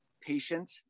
patient